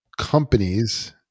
companies